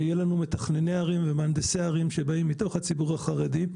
ויהיו לנו מתכנני ערים ומהנדסי ערים שבאים מתוך הציבור החרדי,